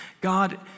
God